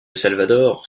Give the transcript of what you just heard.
salvador